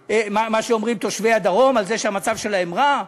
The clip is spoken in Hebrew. שאומרים תושבי הדרום על זה שהמצב שלהם רע?